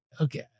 Okay